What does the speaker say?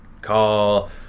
call